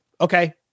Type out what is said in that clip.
okay